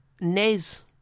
NES